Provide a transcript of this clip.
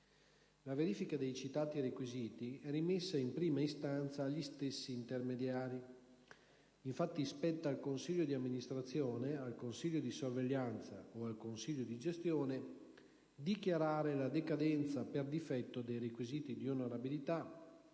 La verifica dei citati requisiti è rimessa in prima istanza agli stessi intermediari; infatti, spetta al Consiglio di amministrazione, al Consiglio di sorveglianza o al Consiglio di gestione dichiarare la decadenza per difetto dei requisiti di onorabilità